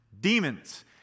Demons